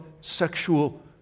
sexual